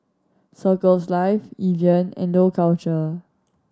Circles Life Evian and Dough Culture